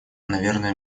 наверное